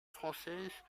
française